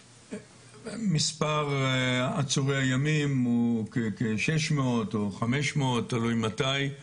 מספר עצורי הימים הוא כ-600 או 500, תלוי מתי.